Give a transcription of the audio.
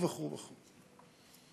וכו', וכו', וכו'.